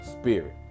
spirit